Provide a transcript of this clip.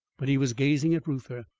but he was gazing at reuther,